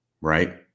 right